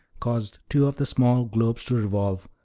caused two of the small globes to revolve,